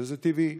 וזה טבעי.